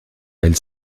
elle